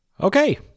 Okay